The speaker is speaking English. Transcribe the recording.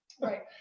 Right